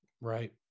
Right